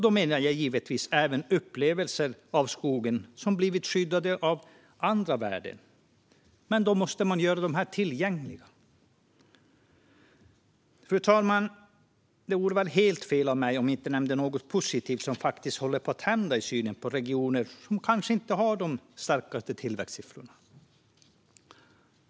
Då menar jag givetvis även upplevelsen av skogar som blivit skyddade av andra värden, men då måste man göra dem tillgängliga. Fru talman! Det vore väl helt fel av mig om jag inte nämnde något positivt som faktiskt håller på att hända i synen på regioner som inte har de starkaste tillväxtsiffrorna.